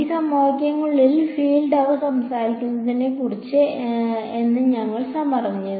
ഈ സമവാക്യങ്ങൾക്കുള്ളിലെ ഫീൽഡ് അവർ സംസാരിക്കുന്നതിനെക്കുറിച്ച് സംസാരിക്കരുത് എന്ന് ഞങ്ങൾ പറഞ്ഞിരുന്നു